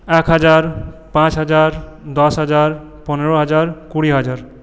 একহাজার পাঁচহাজার দশহাজার পনেরো হাজার কুড়িহাজার